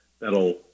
That'll